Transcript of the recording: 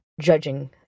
judging